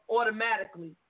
automatically